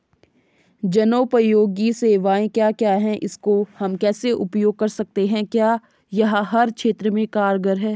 जनोपयोगी सेवाएं क्या क्या हैं इसको हम कैसे उपयोग कर सकते हैं क्या यह हर क्षेत्र में कारगर है?